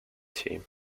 team